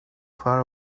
far